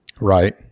Right